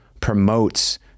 promotes